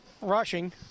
rushing